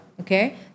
okay